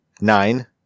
nine